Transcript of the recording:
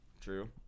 true